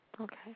Okay